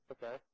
Okay